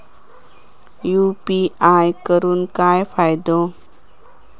UPI करून काय फायदो?